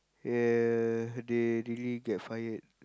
uh they really get fired